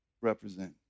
represent